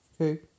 Okay